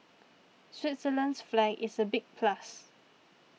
Switzerland's flag is a big plus